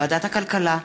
ועדת הכלכלה,